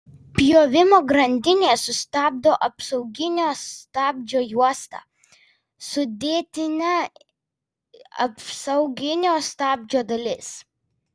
pjovimo grandinę sustabdo apsauginio stabdžio juosta sudėtinė apsauginio stabdžio dalis